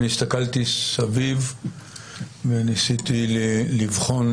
אני הסתכלתי סביב וניסיתי לבחון,